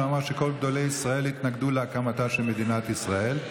הוא אמר שכל גדולי ישראל התנגדו להקמתה של מדינת ישראל.